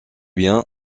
bien